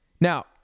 Now